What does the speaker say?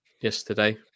yesterday